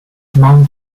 mount